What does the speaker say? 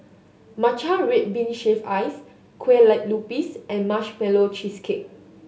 matcha red bean shaved ice kue lupis and Marshmallow Cheesecake